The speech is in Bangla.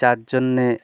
যার জন্যে